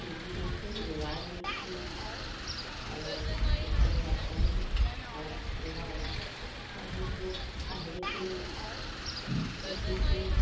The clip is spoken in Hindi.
टीवी देखें मोबाइल देखें और इधर उधर करें और सेवा उवा अब कुछ लोग पहले के इसी से